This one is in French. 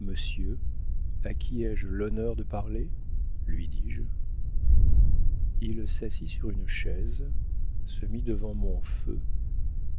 monsieur à qui ai-je l'honneur de parler lui dis-je il s'assit sur une chaise se mit devant mon feu